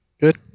Good